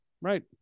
Right